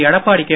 Edappadi K